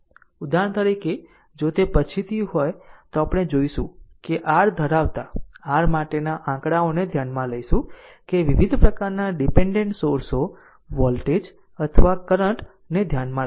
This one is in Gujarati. ઉદાહરણ તરીકે જો તે પછીથી હોય તો આપણે જોઈશું કે r ધરાવતા r માટેના આંકડાઓને ધ્યાનમાં લઈશું કે વિવિધ પ્રકારનાં ડીપેન્ડેન્ટ સોર્સો વોલ્ટેજ અથવા કરંટ ને ધ્યાનમાં રાખો